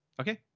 okay